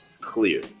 clear